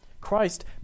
Christ